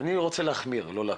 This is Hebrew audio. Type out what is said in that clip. אני רוצה להחמיר, לא להקל,